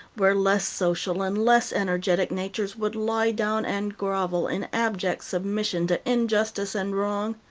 where less social and less energetic natures would lie down and grovel in abject submission to injustice and wrong?